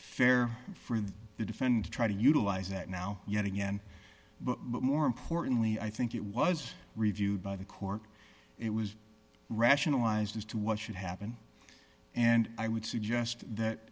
fair for the the defendant try to utilize that now yet again but more importantly i think it was reviewed by the court it was rationalized as to what should happen and i would suggest that